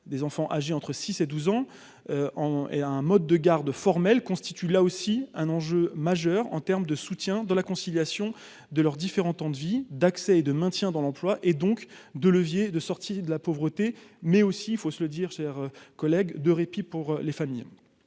des enfants âgés entre 6 et 12 ans, en est à un mode de garde formel constitue là aussi un enjeu majeur en terme de soutien de la conciliation de leurs différents temps de vie d'accès et de maintien dans l'emploi et donc de levier de sortir de la pauvreté mais aussi faut se le dire, chers collègues de répit pour les familles